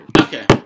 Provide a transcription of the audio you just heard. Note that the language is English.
Okay